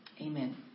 amen